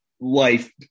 life